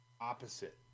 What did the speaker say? opposite